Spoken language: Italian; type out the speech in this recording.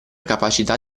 capacità